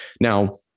Now